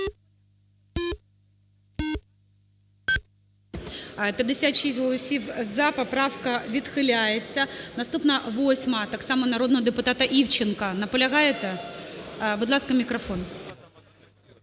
11:43:36 За-56 Поправка відхиляється. Наступна – 8-а, так само народного депутата Івченка. Наполягаєте? Будь ласка, мікрофон.